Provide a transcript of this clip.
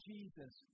Jesus